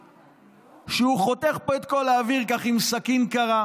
שהוא חותך פה את כל האוויר עם סכין קרה,